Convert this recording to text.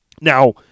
Now